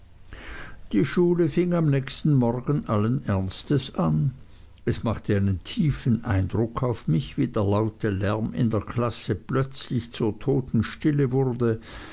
die schule fing am nächsten morgen allen ernstes an es machte einen tiefen eindruck auf mich wie der laute lärm in der klasse plötzlich zur totenstille wurde